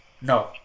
No